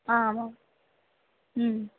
ma'am